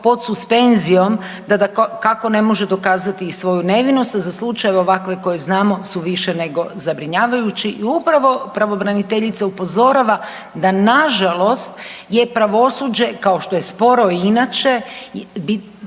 pod suspenzijom da dakako ne može dokazati i svoju nevinost za slučajeve ovakve koje znamo su više nego zabrinjavajući i upravo pravobraniteljica upozorava da na žalost je pravosuđe kao što je sporo i inače